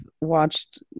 watched